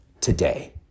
today